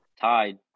tied